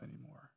anymore